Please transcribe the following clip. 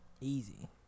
easy